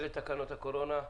אלה תקנות הקורונה.